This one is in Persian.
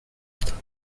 افتاد